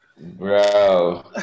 Bro